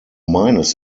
meines